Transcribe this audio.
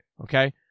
okay